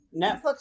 Netflix